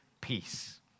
peace